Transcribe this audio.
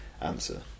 answer